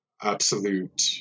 absolute